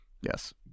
Yes